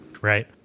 right